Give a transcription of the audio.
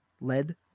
lead